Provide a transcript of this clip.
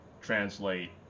translate